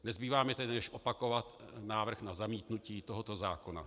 Nezbývá mi tedy než opakovat návrh na zamítnutí tohoto zákona.